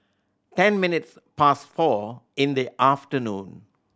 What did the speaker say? ten minutes past four in the afternoon